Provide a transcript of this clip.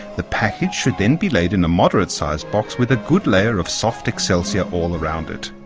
the package should then be laid in a moderate sized box with a good layer of soft excelsior all around it.